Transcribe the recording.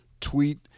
tweet